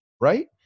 Right